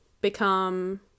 become